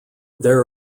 there